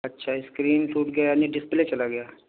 اچھا اسکرین ٹوٹ گیا یعنی ڈسپلے چلا گیا